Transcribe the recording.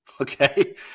okay